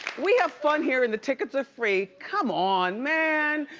we have fun here and the tickets are free. come on, man.